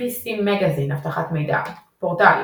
PCMagazine אבטחת מידע פורטלים